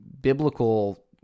biblical